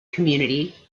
community